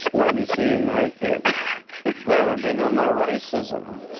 like let me see you naked there would be no moraysism.